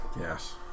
Yes